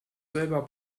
selber